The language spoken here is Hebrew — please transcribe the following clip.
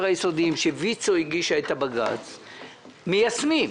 היסודיים שויצ"ו הגישה את הבג"צ מיישמים.